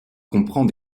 comprend